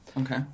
Okay